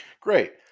Great